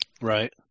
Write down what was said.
Right